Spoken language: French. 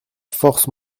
force